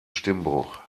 stimmbruch